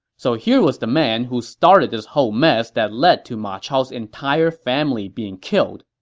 so here was the man who started this whole mess that led to ma chao's entire family being killed.